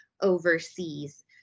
overseas